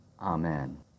Amen